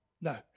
No